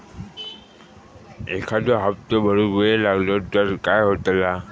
एखादो हप्तो भरुक वेळ लागलो तर काय होतला?